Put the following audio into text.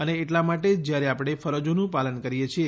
અને એટલાં માટે જ જ્યારે આપણે ફરજોનું પાલન કરીએ છીએ